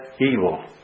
evil